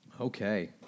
Okay